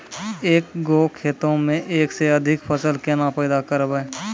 एक गो खेतो मे एक से अधिक फसल केना पैदा करबै?